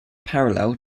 parallel